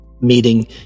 meeting